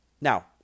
Now